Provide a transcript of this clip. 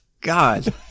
God